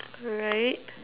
alright